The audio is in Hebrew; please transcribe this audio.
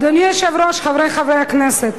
אדוני היושב-ראש, חברי חברי הכנסת,